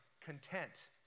content